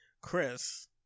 Chris